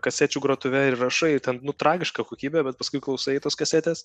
kasečių grotuve ir įrašai ten nu tragiška kokybė bet paskui klausai tos kasetės